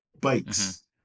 bikes